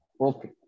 Okay